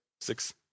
Six